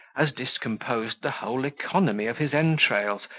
as discomposed the whole economy of his entrails,